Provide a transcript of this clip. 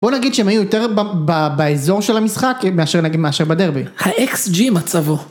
בוא נגיד שהם היו יותר באזור של המשחק מאשר בדרבי. האקס ג'י מצבו.